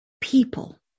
people